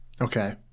Okay